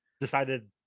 decided